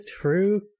true